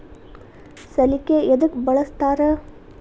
ಸಲಿಕೆ ಯದಕ್ ಬಳಸ್ತಾರ?